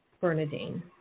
Bernadine